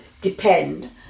depend